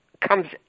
comes